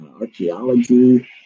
archaeology